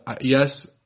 yes